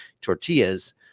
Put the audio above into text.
tortillas